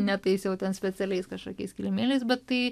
ne tais jau ten specialiais kažkokiais kilimėliais bet tai